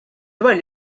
dwar